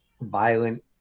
violent